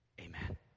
amen